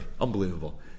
Unbelievable